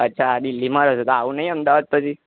અચ્છા દિલ્હીમાં રહો છો તો આવવું નહીં અમદાવાદ પછી